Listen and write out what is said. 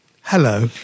hello